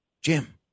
Jim